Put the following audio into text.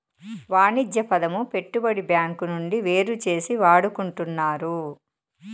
వాణిజ్య పదము పెట్టుబడి బ్యాంకు నుండి వేరుచేసి వాడుకుంటున్నారు